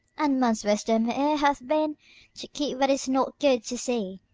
and man's wisdom e'er hath been to keep what is not good to see,